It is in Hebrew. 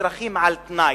אזרחים על-תנאי.